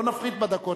לא נפחית בדקות,